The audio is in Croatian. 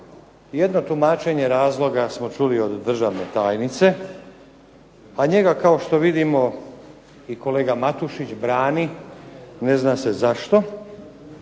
Jedno tumačenje razloga smo čuli od državne tajnice, a njega kao što vidimo i kolega Matušić brani, ne zna se zašto